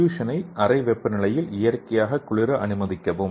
சொல்யூஷனை அறை வெப்பநிலையில் இயற்கையாக குளிர அனுமதிக்கவும்